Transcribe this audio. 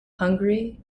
hungary